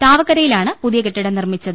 താവക്കരയിലാണ് പുതിയ കെട്ടിടം നിർമ്മിച്ചത്